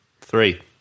three